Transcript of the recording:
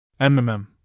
MMM